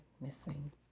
missing